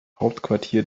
hauptquartier